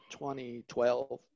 2012